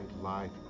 life